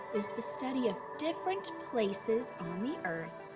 is the study of different places on the earth,